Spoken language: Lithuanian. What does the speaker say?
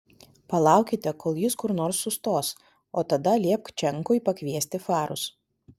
palaukite kol jis kur nors sustos o tada liepk čenkui pakviesti farus